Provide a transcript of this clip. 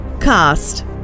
Cast